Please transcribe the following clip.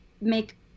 make